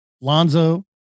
Lonzo